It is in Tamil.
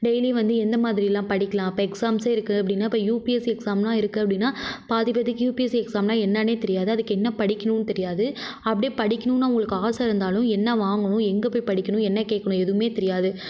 டெய்லியும் வந்து எந்த மாதிரியெலாம் படிக்கலாம் இப்போ எக்ஸாம்சே இருக்குது அப்படினா இப்போ யுபிஎஸ்சி எக்ஸாமெலாம் இருக்குது அப்படினா பாதி பேருத்துக்கு யுபிஎஸ் எக்ஸாம்னால் என்னெனே தெரியாது அதுக்கு என்ன படிக்கணுமென்னு தெரியாது அப்படி படிக்கணும்ன்னு அவங்களுக்கு ஆசை இருந்தாலும் என்ன வாங்கணும் எங்கே போய் படிக்கணும் என்ன கேட்கணும் எதுவுமே தெரியாது